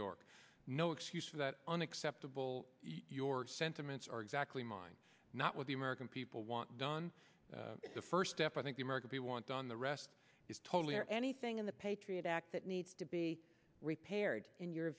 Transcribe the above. york no excuse for that unacceptable your sentiments are exactly mine not what the american people want done the first step i think the american people want done the rest is totally or anything in the patriot act that needs to be repaired in your